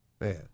man